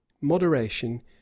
moderation